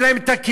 אין להם הכלים.